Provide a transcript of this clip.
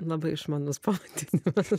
labai išmanus pavadinimas